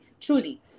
truly